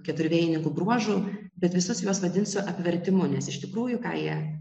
keturvėjininkų bruožų bet visus juos vadinsiu apvertimu nes iš tikrųjų ką jie